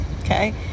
okay